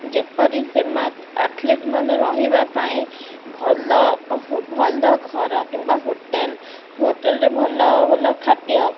ଯେପରି ଆଥଲେଟ୍ମାନେ ରହିବା ପାଇଁ ଭଲ ଭଲ ଘର କିମ୍ବା ହୋଟେଲ୍ ହୋଟେଲରେ ଭଲ ଭଲ ଖାଦ୍ୟ